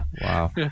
Wow